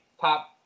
top